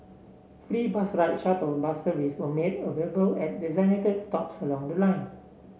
free bus rides shuttle bus service were made available at designated stops along the line